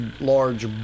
large